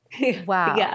Wow